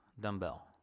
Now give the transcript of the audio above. dumbbell